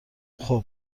خوب